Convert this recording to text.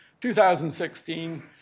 2016